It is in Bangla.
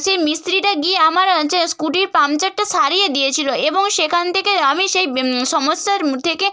সেই মিস্ত্রিটা গিয়ে আমার যে স্কুটির পাংচারটা সারিয়ে দিয়েছিল এবং সেখান থেকে আমি সেই সমস্যার থেকে